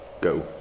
Go